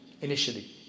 initially